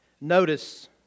notice